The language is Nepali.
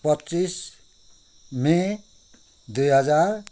पच्चिस मे दुई हजार